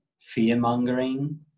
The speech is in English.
fear-mongering